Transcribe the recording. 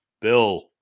Bill